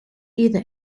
either